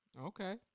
Okay